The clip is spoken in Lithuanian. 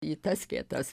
į tas vietas